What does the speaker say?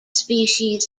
species